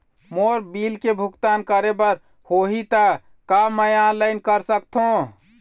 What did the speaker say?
मोर bill के भुगतान करे बर होही ता का मैं ऑनलाइन कर सकथों?